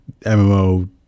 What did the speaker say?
MMO